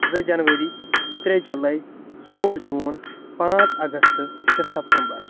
زٕ جنؤری ترٛےٚ جولاے ژور جون پانژھ اگست شیٚے سَپتَمبر